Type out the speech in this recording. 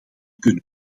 kunnen